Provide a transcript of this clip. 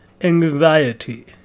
anxiety